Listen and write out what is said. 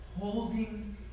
holding